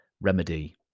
remedy